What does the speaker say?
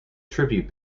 tribute